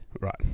Right